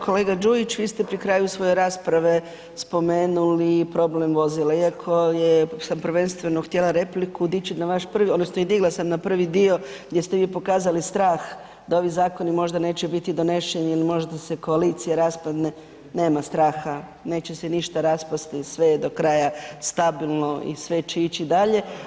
Kolega Đujić, vi ste pri kraju svoje rasprave spomenuli i problem vozila iako je, sam prvenstveno htjela repliku dići na vaš prvi, odnosno i digla sam na prvi dio gdje ste vi pokazali strah da ovi zakoni možda neće biti doneseni ili možda se koalicija raspadne, nema straha, neće se ništa raspasti, sve je do kraja stabilno i sve će ići dalje.